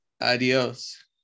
adios